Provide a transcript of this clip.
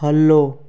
follow